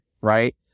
Right